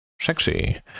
sexy